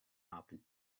happen